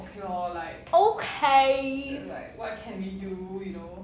okay